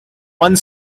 one